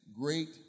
great